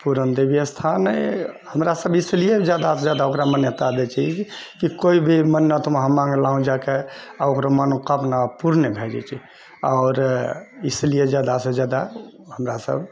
पूरणदेवी स्थान हमरासभ इसलिए जादासँ जादा ओकरा मान्यता दैत छी कि कोइ भी मन्नत वहाँ माँगलहौं जाइके आ ओकरो मनोकामना पूर्ण भए जाइत छै आओर इसलिए जादासँ जादा हमरासभ